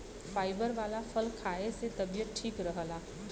fibre वाला फल खाए से तबियत ठीक रहला